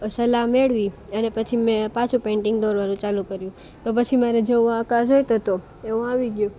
સલાહ મેળવી અને પછી મેં પાછું પેંટિંગ દોરવાનું ચાલુ કર્યું તો પછી મારે જેવો આકાર જોઈતો હતો એવો આવી ગયો